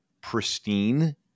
pristine